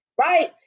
right